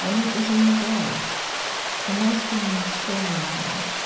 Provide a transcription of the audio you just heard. and it was in the glass a masqueline shaving-glass